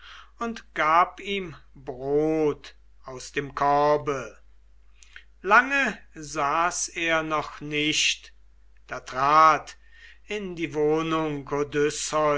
und gab ihm brot aus dem korbe lange saß er noch nicht da trat in die wohnung